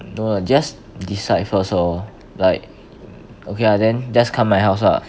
no lah just decide first lor like okay lah then just come my house lah